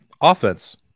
offense